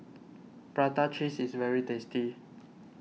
Prata Cheese is very tasty